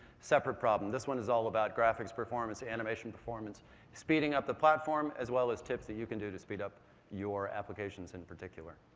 separate problem. this one is all about graphic performance, animation performance, speeding up the platform as well as tips that you can do to speed up your applications in particular.